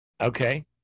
Okay